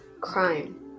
crime